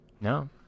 No